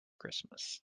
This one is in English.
christmas